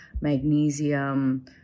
magnesium